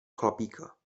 chlapíka